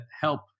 help